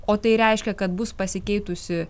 o tai reiškia kad bus pasikeitusi